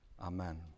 Amen